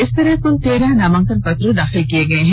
इस तरह कुल तेरह नामांकन पत्र दाखिल किये गये हैं